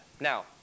Now